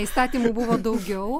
įstatymų buvo daugiau